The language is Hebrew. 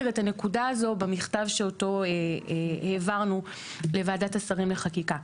את הנקודה הזאת במכתב שאותו העברנו לוועדת השרים לחקיקה.